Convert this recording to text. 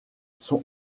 sont